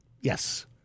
Yes